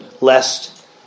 lest